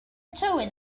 tywydd